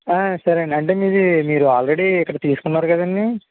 సరేండి అంటే మీరు ఆల్రెడీ ఇక్కడ తీసుకున్నారు కదండీ